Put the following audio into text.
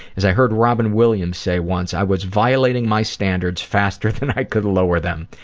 as i heard robin williams say once, i was violating my standards faster than i could lower them.